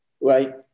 right